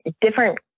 different